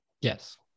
yes